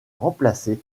remplacé